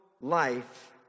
life